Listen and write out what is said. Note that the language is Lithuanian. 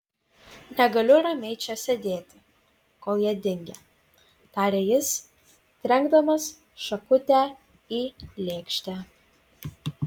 negaliu ramiai čia sėdėti kol jie dingę tarė jis trenkdamas šakutę į lėkštę